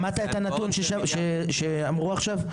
אדוני היו"ר, שמעת את הנתון שאמרו עכשיו?